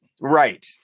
right